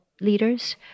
leaders